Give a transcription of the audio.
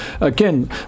again